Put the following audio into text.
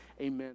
amen